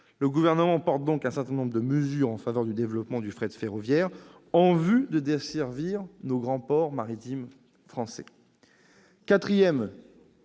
Le Gouvernement promeut donc un certain nombre de mesures en faveur du développement du fret ferroviaire en vue de desservir les grands ports maritimes français.